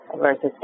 versus